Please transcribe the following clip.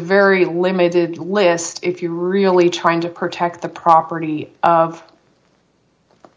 very limited list if you're really trying to protect the property of